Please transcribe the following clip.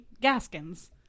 Gaskins